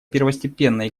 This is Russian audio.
первостепенной